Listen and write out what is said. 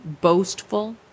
boastful